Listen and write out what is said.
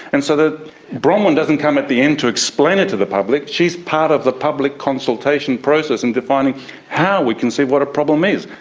and so that bronwen doesn't come at the end to explain it to the public, she is part of the public consultation process in defining how we can see what a problem is.